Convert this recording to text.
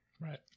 right